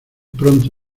pronto